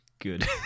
Good